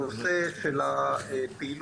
הנושא של הפעילות,